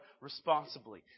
responsibly